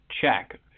check